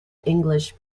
english